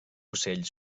ocell